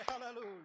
Hallelujah